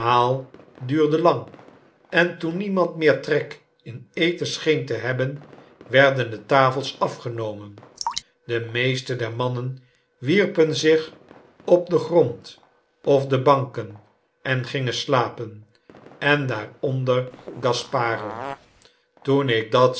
duurde lang en toen niemand meer trek in eten scheen te hebben werden de tafels afgenomen de meeste der mannen wierpen zich op den grond of op banken en gingen slapen en daaronder gasparo toen ik dat